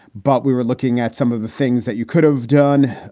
but we were looking at some of the things that you could have done.